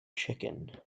chicken